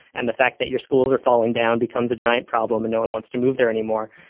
and the fact that your schools are falling down becomes a giant problem and no one wants to move there anymore.